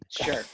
Sure